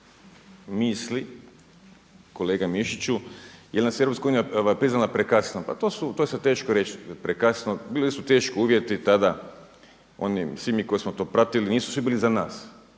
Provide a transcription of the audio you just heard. misli kolega Mišiću. Jeli nas je EU priznala prekasno, pa to je sada teško reći. Bili su teški uvjeti tada, svi mi koji smo to pratili nisu svi bili za nas,